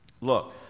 Look